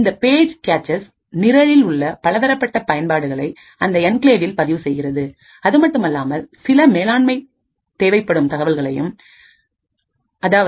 இந்த பேஜ்கேட்செஸ் நிரலில் உள்ள பலதரப்பட்ட பயன்பாடுகளைக் அந்த என்கிளேவில் பதிவு செய்கின்றது